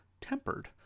tempered